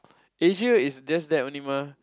Asia is just that only mah